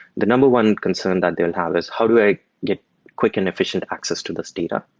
the number one concern that they'll have is how do i get quick and efficient access to this data?